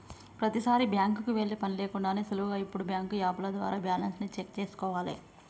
ప్రతీసారీ బ్యాంకుకి వెళ్ళే పని లేకుండానే సులువుగా ఇప్పుడు బ్యాంకు యాపుల ద్వారా బ్యాలెన్స్ ని చెక్ చేసుకోవాలే